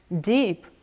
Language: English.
deep